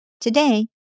Today